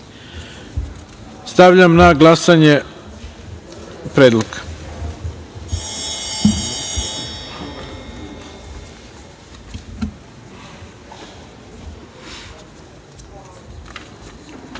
stavljam na glasanje predlog